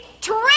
Trick